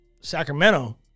Sacramento